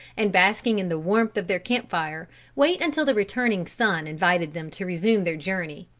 and basking in the warmth of their camp-fire wait until the returning sun invited them to resume their journey.